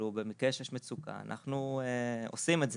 במקרה שיש מצוקה, אנחנו עושים את זה.